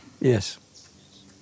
Yes